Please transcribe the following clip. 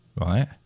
right